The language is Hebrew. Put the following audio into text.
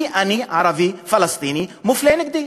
כי אני ערבי-פלסטיני, מפלים אותי.